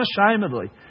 unashamedly